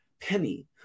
Penny